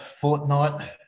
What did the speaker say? fortnight